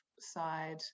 side